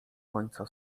końca